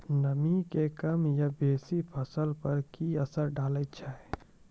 नामी के कम या बेसी फसल पर की असर डाले छै?